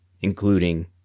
including